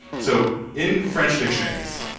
so in french dictionaries,